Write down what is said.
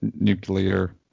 Nuclear